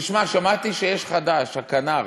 תשמע, שמעתי שיש אשם חדש: הכנ"ר.